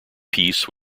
peace